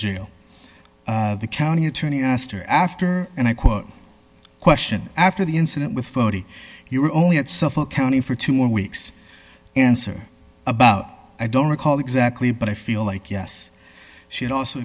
jail the county attorney asked her after and i quote question after the incident with forty you were only at suffolk county for two more weeks answer about i don't recall exactly but i feel like yes she also